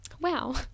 wow